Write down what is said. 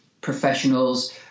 professionals